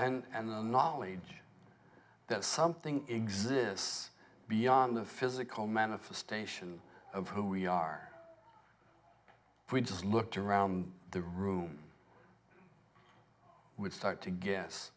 and the knowledge that something exists beyond the physical manifestation of who we are we just looked around the room would start to guess